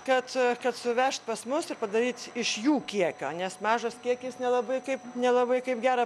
kad kad suvežt pas mus ir padaryt iš jų kiekio nes mažas kiekis nelabai kaip nelabai kaip gera